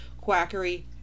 quackery